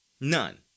None